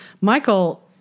Michael